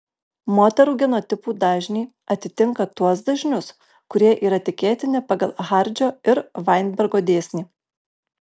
moterų genotipų dažniai atitinka tuos dažnius kurie yra tikėtini pagal hardžio ir vainbergo dėsnį